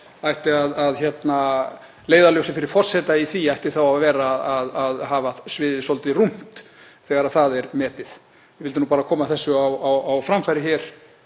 að leiðarljósið fyrir forseta í því ætti þá að vera að hafa sviðið svolítið rúmt þegar það er metið. Ég vildi bara koma þessu á framfæri hér